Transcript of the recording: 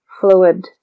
fluid